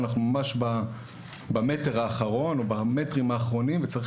אנחנו ממש במטר האחרון או במטרים האחרונים וצריך